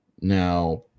Now